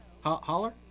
holler